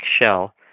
shell